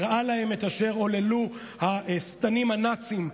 הראה להם את אשר עוללו השטנים הנאצים,